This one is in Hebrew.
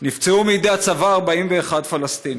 נפצעו מידי הצבא 41 פלסטינים.